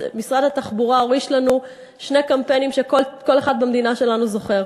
משרד התחבורה הוריש לנו שני קמפיינים שכל אחד במדינה שלנו זוכר.